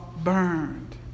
burned